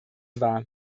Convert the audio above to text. wahr